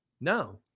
No